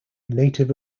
native